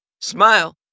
Smile